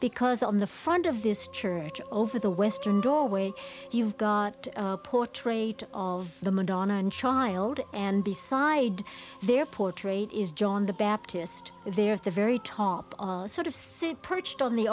because on the front of this church over the western doorway you've got portrayed of the madonna and child and beside there portrayed is john the baptist there of the very top sort of sit perched on the